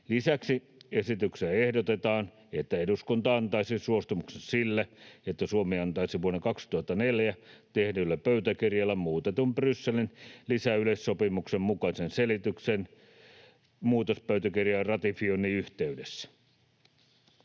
Lisäksi esityksessä ehdotetaan, että eduskunta antaisi suostumuksensa sille, että Suomi antaisi vuonna 2004 tehdyllä pöytäkirjalla muutetun Brysselin lisäyleissopimuksen mukaisen selityksen muutospöytäkirjan ratifioinnin yhteydessä.